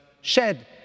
shed